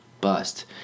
bust